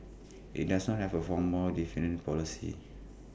IT doesn't have A formal dividend policy